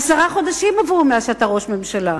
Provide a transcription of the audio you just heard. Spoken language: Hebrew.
עשרה חודשים עברו מאז שהתמנית לראש ממשלה.